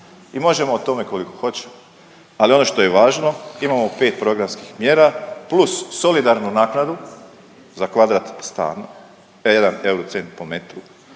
I možemo o tome koliko hoćemo, ali ono što je važno imamo pet programskih mjera plus solidarnu naknadu za kvadrat stana, … jedan eurocent po metru